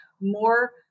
More